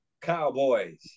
cowboys